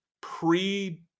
pre